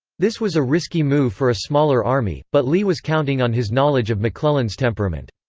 this was a risky move for a smaller army, but lee was counting on his knowledge of mcclellan's temperament.